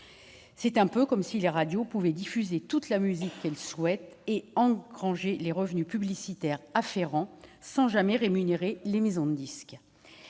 c'est un peu comme si les radios pouvaient diffuser toute la musique qu'elles souhaitent, et engranger les revenus publicitaires y afférents, sans jamais rémunérer les maisons de disques.